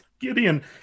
Gideon